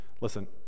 listen